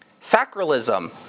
Sacralism